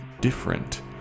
different